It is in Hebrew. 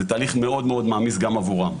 זה תהליך מאוד מאוד מעמיס גם עבורם.